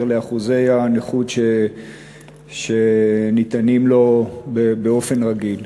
לאחוזי הנכות שניתנים לו באופן רגיל.